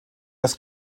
das